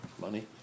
money